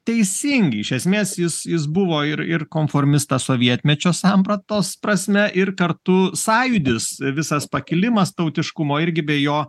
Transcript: teisingi iš esmės jis jis buvo ir ir konformistas sovietmečio sampratos prasme ir kartu sąjūdis visas pakilimas tautiškumo irgi be jo